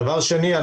דבר שני,